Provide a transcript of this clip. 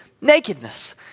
nakedness